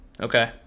Okay